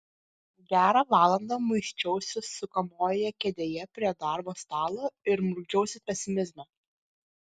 gerą valandą muisčiausi sukamojoje kėdėje prie darbo stalo ir murkdžiausi pesimizme